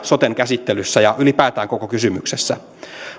soten käsittelyssä ja ylipäätään koko kysymyksessä